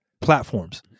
platforms